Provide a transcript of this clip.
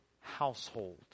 household